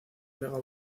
mega